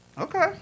Okay